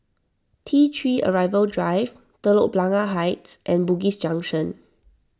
T three Arrival Drive Telok Blangah Heights and Bugis Junction